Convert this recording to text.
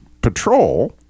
patrol